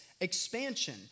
expansion